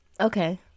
Okay